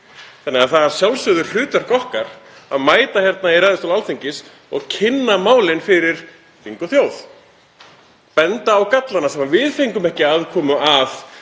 Það er að sjálfsögðu hlutverk okkar að mæta hér í ræðustól Alþingis og kynna málin fyrir þingi og þjóð, benda á gallana, sem við fengum ekki aðkomu að